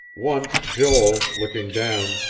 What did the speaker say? once joel, looking down,